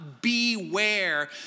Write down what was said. Beware